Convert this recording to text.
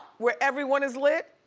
where everyone is lit.